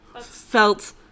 felt